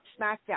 SmackDown